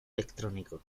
electrónico